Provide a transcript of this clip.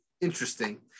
Interesting